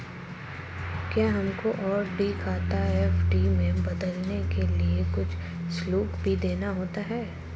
क्या हमको आर.डी खाता एफ.डी में बदलने के लिए कुछ शुल्क भी देना होता है?